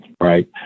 right